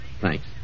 Thanks